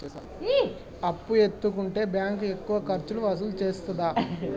అప్పు ఎత్తుకుంటే బ్యాంకు ఎక్కువ ఖర్చులు వసూలు చేత్తదా?